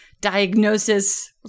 diagnosis